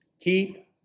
keep